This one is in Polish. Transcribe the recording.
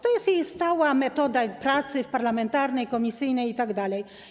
To jest jej stała metoda pracy parlamentarnej, komisyjnej itd.